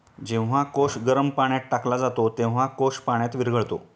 जेव्हा कोश गरम पाण्यात टाकला जातो, तेव्हा कोश पाण्यात विरघळतो